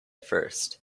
first